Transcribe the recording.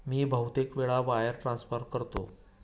मी बहुतेक वेळा wire transfer करतो